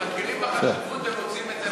שמכירים בחשיבות ומוציאים את זה מהחובה.